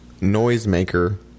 Noisemaker